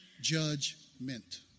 judgment